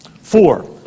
Four